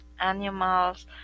animals